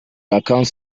accounts